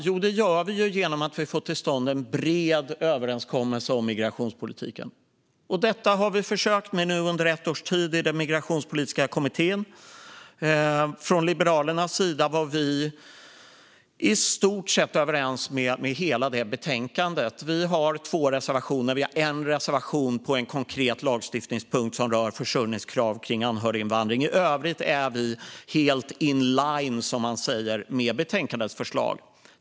Jo, vi får till stånd en bred överenskommelse om migrationspolitiken, vilket vi har försökt göra under ett års tid i den migrationspolitiska kommittén. Från Liberalernas sida instämde vi i stort sett i förslaget i betänkandet, men vi har två reservationer; en av dem gäller en konkret lagstiftningspunkt som rör försörjningskrav kring anhöriginvandring. I övrigt är vi helt in line, som man säger, med betänkandets förslag.